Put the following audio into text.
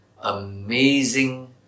amazing